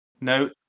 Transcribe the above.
No